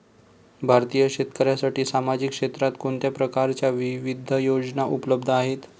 भारतीय शेतकऱ्यांसाठी सामाजिक क्षेत्रात कोणत्या प्रकारच्या विविध योजना उपलब्ध आहेत?